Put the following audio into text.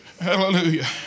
Hallelujah